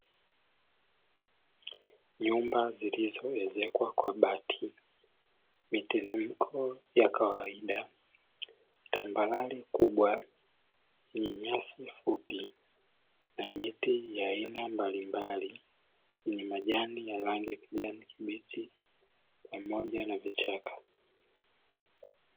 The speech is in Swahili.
Nyumba zilizoezekwa kwa bati, miteremko ya kawaida tambalale kubwa yenye nyasi fupi, miti ya aina mbalimbali. Yenye majani yenye rangi ya kijani kibichi pamoja na vichaka.